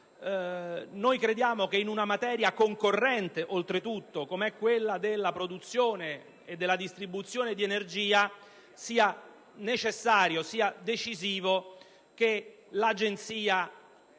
Noi crediamo che in una materia concorrente, come quella della produzione e distribuzione di energia, sia necessario e decisivo che l'Agenzia